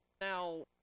Now